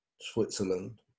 Switzerland